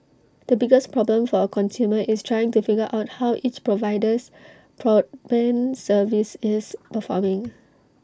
the biggest problem for A consumer is trying to figure out how each provider's broadband service is performing